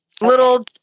Little